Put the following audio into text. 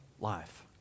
life